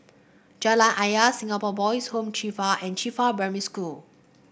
Jalan Ayer Singapore Boys' Home Qifa and Qifa Primary School